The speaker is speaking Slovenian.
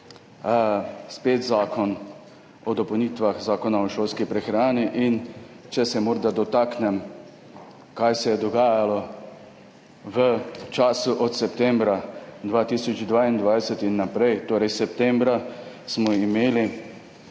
spet zakon o dopolnitvah Zakona o šolski prehrani. Če se morda dotaknem, kaj se je dogajalo v času od septembra 2022 in naprej. Septembra smo imeli